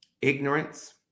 ignorance